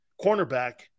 cornerback